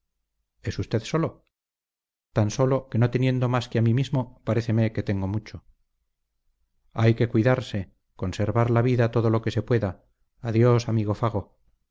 es usted solo tan solo que no teniendo más que a mí mismo paréceme que tengo mucho hay que cuidarse conservar la vida todo lo que se pueda adiós amigo fago